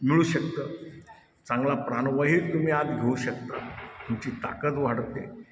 मिळू शकतं चांगला प्राणवायू तुम्ही आत घेऊ शकता तुमची ताकद वाढते